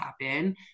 happen